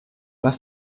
pas